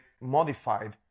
modified